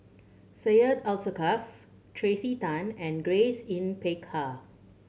Syed Alsagoff Tracey Tan and Grace Yin Peck Ha